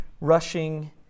rushing